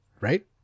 right